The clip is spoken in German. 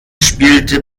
spielte